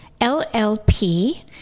LLP